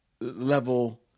level